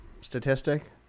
statistic